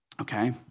okay